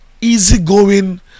easygoing